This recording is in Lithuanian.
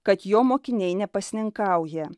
kad jo mokiniai nepasninkauja